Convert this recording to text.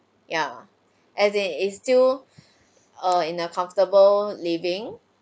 ya as it is still err in a comfortable living